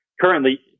currently